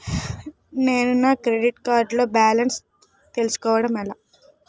నేను నా credit card లో బాలన్స్ తెలుసుకోవడం ఎలా?